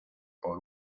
por